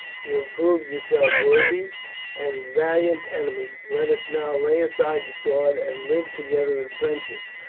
you have proved yourselves worthy and valiant enemies let us now lay aside the sword and live together in friendship.